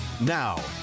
Now